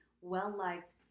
well-liked